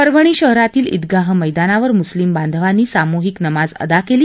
परभणी शहरातील ईदगाह मैदानावर मुस्लिम बांधवांनी सामूहिक नमाज अदा केली